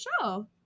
show